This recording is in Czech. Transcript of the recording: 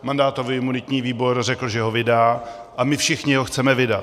Mandátový a imunitní výbor řekl, že ho vydá, a my všichni ho chceme vydat.